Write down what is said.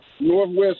northwest